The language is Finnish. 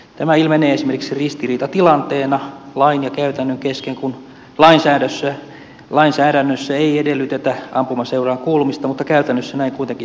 tämä ilmenee esimerkiksi ristiriitatilanteena lain ja käytännön kesken kun lainsäädännössä ei edellytetä ampumaseuraan kuulumista mutta käytännössä näin kuitenkin tapahtuu